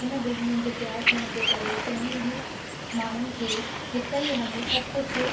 हुन बिल्डिंगुनि जे तैयारु थियण जे करे चङी ई माण्हुनि खे हिक ई हंधि सभु कुझु आ